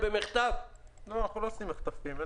מדובר במתקנים שמשמשים את ספקי הגז לצורך תעשיית הגז.